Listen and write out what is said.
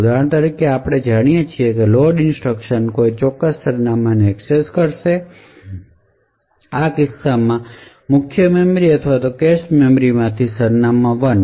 ઉદાહરણ તરીકે આપણે જાણીએ છીએ કે લોડ ઇન્સટ્રકશન કોઈ ચોક્કસ સરનામાંને એક્સેસ કરશે આ કિસ્સામાં મુખ્ય મેમરી અથવા કેશ મેમરી માંથી સરનામાં 1